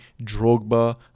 Drogba